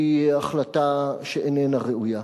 היא החלטה שאיננה ראויה.